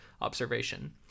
observation